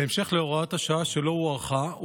בהמשך להוראת השעה שלא הוארכה,